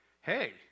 hey